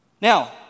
Now